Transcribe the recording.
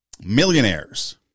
Millionaires